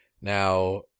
Now